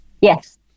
Yes